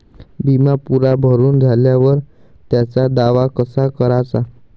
बिमा पुरा भरून झाल्यावर त्याचा दावा कसा कराचा?